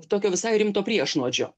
tokio visai rimto priešnuodžio